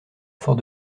fort